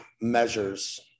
measures